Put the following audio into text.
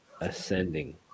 ascending